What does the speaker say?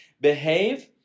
behave